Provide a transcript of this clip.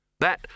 That